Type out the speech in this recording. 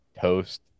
toast